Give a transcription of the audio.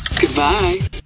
Goodbye